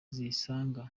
zisanga